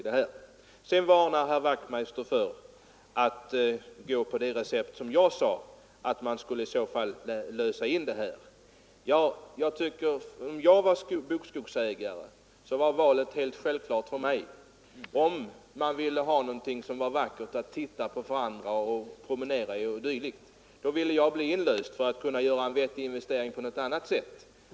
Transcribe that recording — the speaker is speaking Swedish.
Herr Wachtmeister varnar för mitt recept att lösa in skogen. Men om jag var bokskogsägare, skulle valet vara självklart för mig. Om andra ville ha något som var vackert att titta på och som man kunde promenera i o. d., då ville jag bli inlöst för att kunna göra en vettig investering på annat håll.